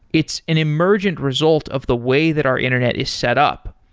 it's an emergent result of the way that our internet is set up,